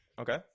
Okay